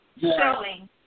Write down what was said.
showing